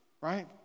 right